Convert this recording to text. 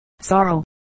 sorrow